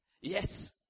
Yes